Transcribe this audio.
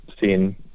seen